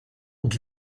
und